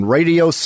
Radio